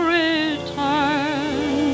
return